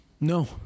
No